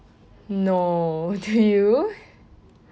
no do you